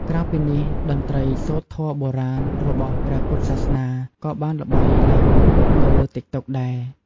ក្រៅពីនេះ តន្ត្រីសូត្រធម៌បុរាណ របស់ព្រះពុទ្ធសាសនា ក៏បានល្បីឡើងវិញនៅលើ តិកតុក ដែរ។